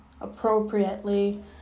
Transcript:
appropriately